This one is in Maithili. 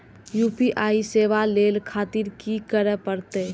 यू.पी.आई सेवा ले खातिर की करे परते?